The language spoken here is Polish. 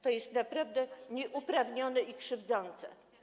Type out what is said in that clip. To jest naprawdę nieuprawnione i krzywdzące.